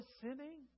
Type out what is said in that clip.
sinning